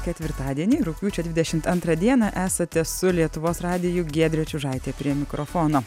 ketvirtadienį rugpjūčio dvidešimt antrą dieną esate su lietuvos radiju giedrė čiužaitė prie mikrofono